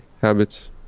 habits